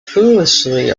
foolishly